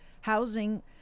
housing